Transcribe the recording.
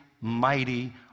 mighty